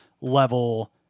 level